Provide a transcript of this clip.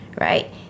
right